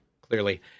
clearly